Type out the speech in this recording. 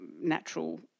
natural